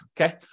okay